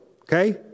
okay